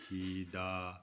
ਹੀ ਦਾ